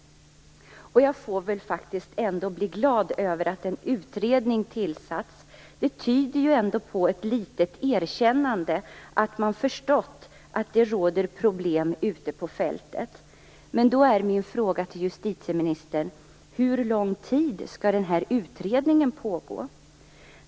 Jag får väl ändå bli glad över att en utredning tillsatts. Det tyder på ett litet erkännande att man förstått att det finns problem ute på fältet. Min fråga till justitieministern är: Hur lång tid skall utredningen pågå?